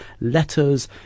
letters